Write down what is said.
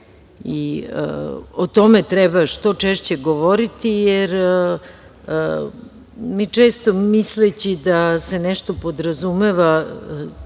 O tome treba što češće govoriti jer mi često misleći da se nešto podrazumeva